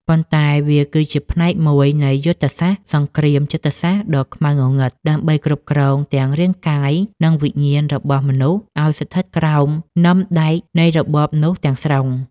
ប៉ុន្តែវាគឺជាផ្នែកមួយនៃយុទ្ធសាស្ត្រសង្គ្រាមចិត្តសាស្ត្រដ៏ខ្មៅងងឹត ដើម្បីគ្រប់គ្រងទាំងរាងកាយ និងវិញ្ញាណរបស់មនុស្សឱ្យស្ថិតក្រោមនឹមដែកនៃរបបនោះទាំងស្រុង